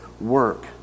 work